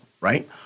right